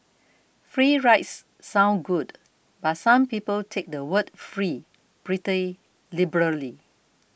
free rides sound good but some people take the word free pretty liberally